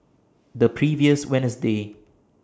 The previous Wednesday